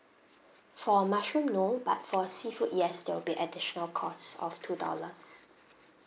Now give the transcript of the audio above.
for mushroom no but for seafood yes there will be additional cost of two dollars